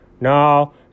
No